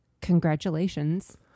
congratulations